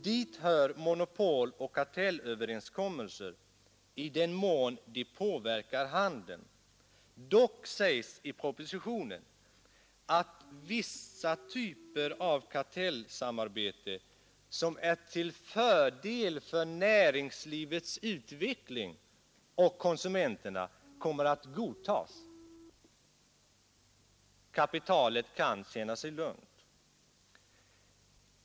Dit hör monopol och kartellöverenskommelser i den mån de påverkar handeln. Dock sägs i propositionen att vissa typer av kartellsamarbete ”som är till fördel för näringslivets utveckling och konsumenterna” kommer att godtas. Så kapitalet kan känna sig lugnt.